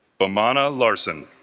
bommana larson